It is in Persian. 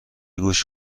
گوش